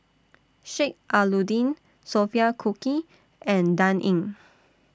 Sheik Alau'ddin Sophia Cooke and Dan Ying